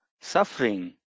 suffering